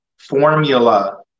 formula